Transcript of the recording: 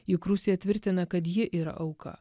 juk rusija tvirtina kad ji yra auka